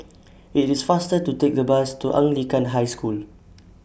IT IS faster to Take The Bus to Anglican High School